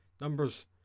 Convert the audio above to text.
numbers